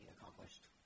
accomplished